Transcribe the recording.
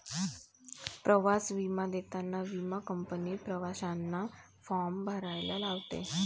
प्रवास विमा देताना विमा कंपनी प्रवाशांना फॉर्म भरायला लावते